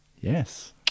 yes